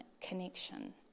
connection